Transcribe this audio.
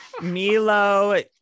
Milo